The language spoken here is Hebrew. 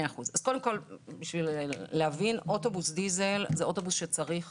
בשביל להבין: אוטובוס דיזל הוא אוטובוס שצריך